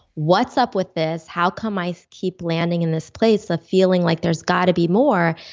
what's up with this? how come i keep landing in this place of feeling like there's got to be more?